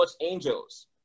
angels